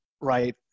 right